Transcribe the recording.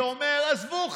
שאומר: עזבו,